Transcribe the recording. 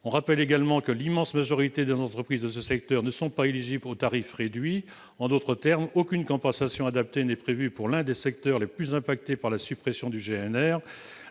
Rappelons que l'immense majorité des entreprises de ce secteur ne sont pas éligibles au tarif réduit. En d'autres termes, aucune compensation adaptée n'est prévue pour l'un des secteurs les plus impactés par la suppression du GNR.